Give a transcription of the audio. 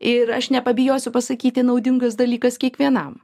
ir aš nepabijosiu pasakyti naudingas dalykas kiekvienam